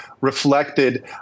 reflected